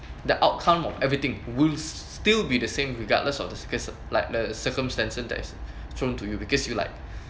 the outcome of everything will still be the same regardless of the cir~ like the circumstances that is thrown to you because you like